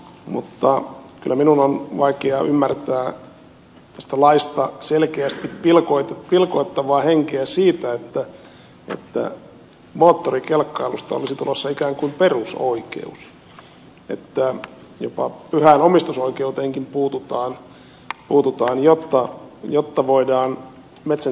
mutta kyllä minun on vaikea ymmärtää tästä laista selkeästi pilkottavaa henkeä siitä että moottorikelkkailusta olisi tulossa ikään kuin perusoikeus että jopa pyhään omistusoikeuteenkin puututaan jotta voidaan metsän siimekseen perustaa kelkkareitti